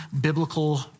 biblical